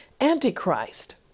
Antichrist